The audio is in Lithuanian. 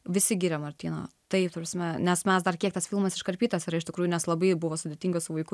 visi giria martyna taip ta prasme nes mes dar kiek tas filmas iškarpytas yra iš tikrųjų nes labai buvo sudėtinga su vaiku